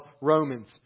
Romans